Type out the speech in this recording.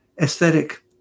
aesthetic